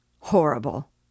Horrible